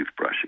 toothbrushing